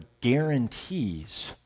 guarantees